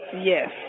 Yes